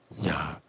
ya